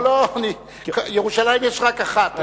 לא, לא, ירושלים יש רק אחת.